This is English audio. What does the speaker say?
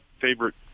favorite